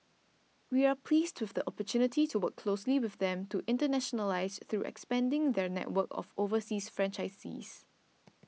we are pleased with the opportunity to work closely with them to internationalise through expanding their network of overseas franchisees